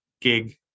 gig